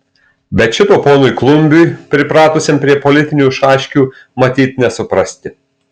bet šito ponui klumbiui pripratusiam prie politinių šaškių matyt nesuprasti